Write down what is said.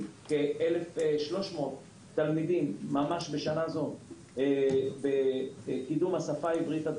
כ-1,300 תלמידים בשנה זו את השפה העברית,